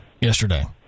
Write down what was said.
yesterday